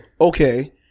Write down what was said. okay